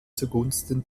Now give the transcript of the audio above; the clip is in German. zugunsten